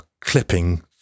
clipping